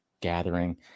gathering